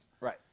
Right